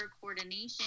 coordination